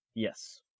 Yes